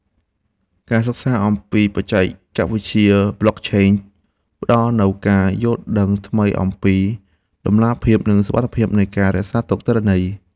ការសិក្សាអំពីបច្ចេកវិទ្យាប្លុកឆេនផ្តល់នូវការយល់ដឹងថ្មីអំពីតម្លាភាព និងសុវត្ថិភាពនៃការរក្សាទុកទិន្នន័យ។